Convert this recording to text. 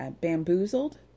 bamboozled